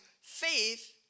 faith